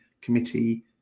Committee